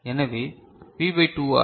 எனவே V by 2 R